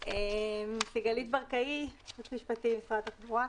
סיגלתי ברקאי, ייעוץ משפטי, משרד התחבורה.